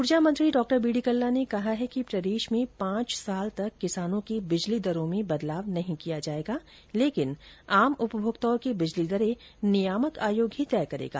ऊर्जा मंत्री डा बीडी कल्ला ने कहा है कि प्रदेश में पांच साल तक किसानों की बिजली दरों में बदलाव नहीं किया जायेगा लेकिन आम उपभोक्ताओं की बिजली दरें नियामक आयोग ही तय करेगा